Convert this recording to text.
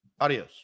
Adios